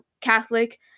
catholic